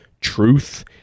truth